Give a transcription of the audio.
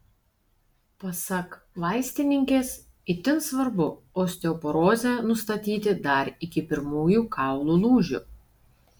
pasak vaistininkės itin svarbu osteoporozę nustatyti dar iki pirmųjų kaulų lūžių